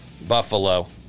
Buffalo